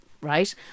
Right